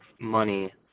money